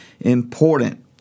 important